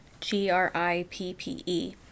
G-R-I-P-P-E